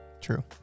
True